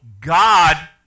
God